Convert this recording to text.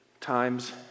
times